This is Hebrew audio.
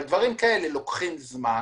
דברים כאלה לוקחים זמן